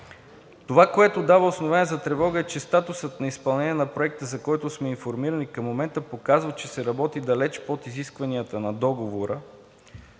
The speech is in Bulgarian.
Това, което дава основание за тревога, е, че статусът на изпълнение на проекта, за който сме информирани към момента, показва, че се работи далеч под изискванията на договора,